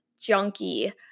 junkie